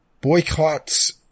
boycotts